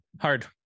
hard